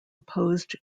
opposed